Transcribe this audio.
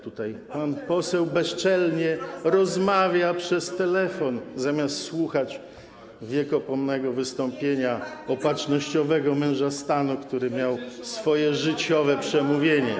Tutaj pan poseł bezczelnie rozmawia przez telefon, zamiast słuchać wiekopomnego wystąpienia opatrznościowego męża stanu, który miał swoje życiowe przemówienie.